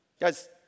Guys